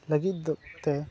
ᱞᱟᱹᱜᱤᱫ ᱛᱮ